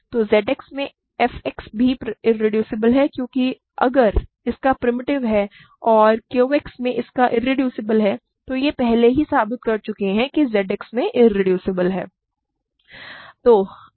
तो ZX में fX भी इरेड्यूसिबल है क्योंकि अगर इसका प्रिमिटिव और QX में इसका इरेड्यूसिबल है तो हम पहले ही साबित कर चुके हैं कि यह ZX में इरेड्यूसेबल है